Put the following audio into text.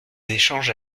échanges